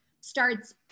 starts